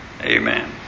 Amen